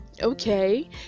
okay